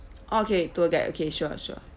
okay tour guide okay sure sure